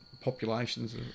populations